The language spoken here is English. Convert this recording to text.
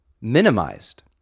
minimized